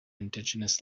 indigenous